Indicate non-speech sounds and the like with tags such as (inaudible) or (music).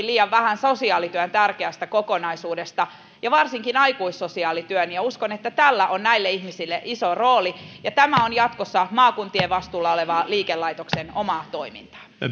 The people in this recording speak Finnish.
(unintelligible) liian vähän sosiaalityön tärkeästä kokonaisuudesta ja varsinkin aikuissosiaalityön ja uskon että tällä on näille ihmisille iso rooli tämä on jatkossa maakuntien vastuulla olevaa liikelaitoksen omaa toimintaa